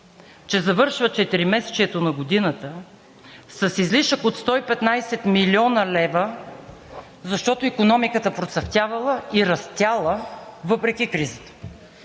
че завършва четиримесечието на годината с излишък от 115 млн. лв., защото икономиката процъфтявала и растяла, въпреки кризата!